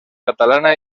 catalana